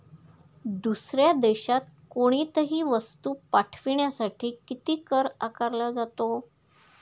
दुसऱ्या देशात कोणीतही वस्तू पाठविण्यासाठी किती कर आकारला जातो?